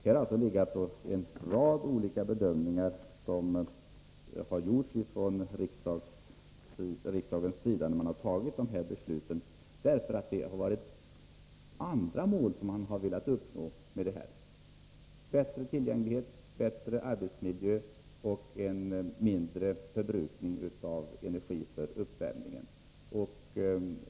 När riksdagen fattat dessa beslut har en rad olika bedömningar genomförts, därför att det är andra mål man har velat uppnå: bättre tillgänglighet, bättre arbetsmiljö och en mindre förbrukning av energi för uppvärmning.